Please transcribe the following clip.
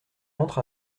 entre